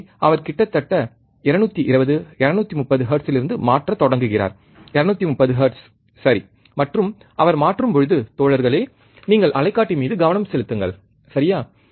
எனவே அவர் கிட்டத்தட்ட 220 230 ஹெர்ட்சிலிருந்து மாற்றத் தொடங்குகிறார் 230 ஹெர்ட்ஸ் சரி மற்றும் அவர் மாற்றும்பொழுது தோழர்களே நீங்கள் அலைக்காட்டி மீது கவனம் செலுத்துங்கள் சரியா